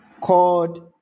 called